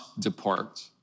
depart